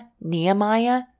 Nehemiah